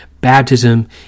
baptism